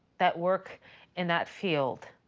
that work in that field